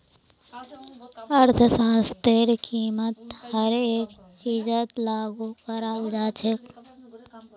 अर्थशास्त्रतेर कीमत हर एक चीजत लागू कराल जा छेक